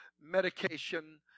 medication